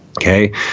Okay